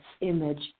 image